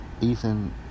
Ethan